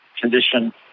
condition